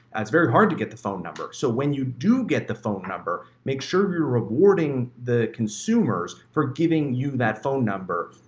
it's very hard to get the phone number. so, when you do get the phone number, make sure you're rewarding the consumers for giving you that phone number.